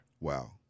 Wow